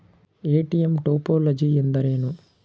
ATM topology ಎಂದರೇನು?